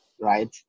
right